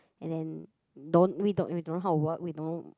and then no we don't know how to work we don't